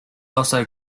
also